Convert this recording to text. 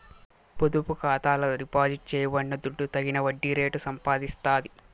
పొదుపు ఖాతాల డిపాజిట్ చేయబడిన దుడ్డు తగిన వడ్డీ రేటు సంపాదిస్తాది